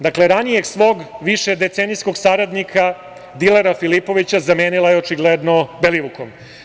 Dakle, ranije svog višedecenijskog saradnika, dilera Filipovića, zamenila je očigledno Belivukom.